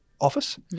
Office